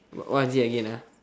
what what is it again ah